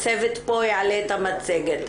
הצוות פה יעלה את המצגת.